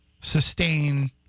sustain